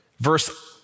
verse